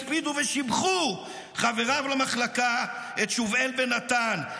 הספידו ושיבחו חבריו למחלקה את שובאל בן נתן,